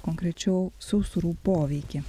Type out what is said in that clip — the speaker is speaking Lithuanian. konkrečiau sausrų poveikį